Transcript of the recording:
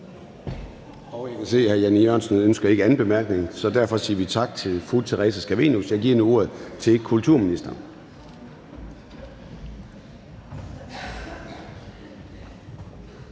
Jeg kan se, at hr. Jan E. Jørgensen ikke ønsker sin anden korte bemærkning, og derfor siger vi tak til fru Theresa Scavenius. Jeg giver nu ordet til kulturministeren.